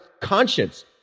conscience